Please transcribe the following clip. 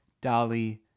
dolly